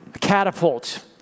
Catapult